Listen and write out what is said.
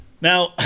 now